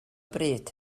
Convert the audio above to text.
bryd